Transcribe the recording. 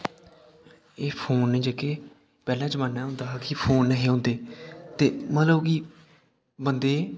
एह् फोन न जेह्के पैह्ले जमाने होंदा हा कि फोन नेईं हे होंदे ते मतलब कि बंदे